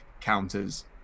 counters